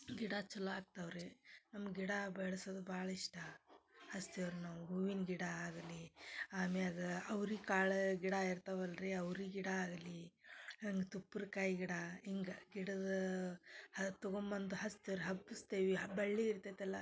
ಗಿಡ ಚಲೊ ಆಗ್ತಾವೆ ರೀ ನಮ್ಗೆ ಗಿಡ ಬೆಳೆಸೋದು ಭಾಳ ಇಷ್ಟ ಹಚ್ತೇವ್ ನಾವು ಹೂವಿನ ಗಿಡ ಆಗಲಿ ಆಮ್ಯಾಲ ಅವ್ರೆ ಕಾಳು ಗಿಡ ಇರ್ತಾವಲ್ಲ ರೀ ಅವ್ರೆ ಗಿಡ ಆಗಲಿ ಹೆಂಗೆ ತುಪ್ರ್ಕಾಯ್ ಗಿಡ ಹಿಂಗ ಗಿಡದ ಅದು ತೊಗೊಬಂದು ಹಚ್ತೇವ್ ಹಬ್ಬಸ್ತೇವೆ ಬಳ್ಳಿ ಇರ್ತೈತಲ್ಲ